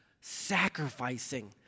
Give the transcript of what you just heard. sacrificing